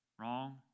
wrong